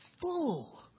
full